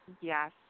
Yes